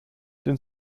den